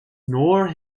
nor